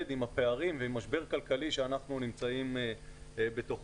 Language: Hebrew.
עם הפערים ועם משבר כלכלי שאנחנו נמצאים בתוכו.